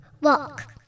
walk